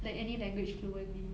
like any language fluently